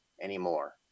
anymore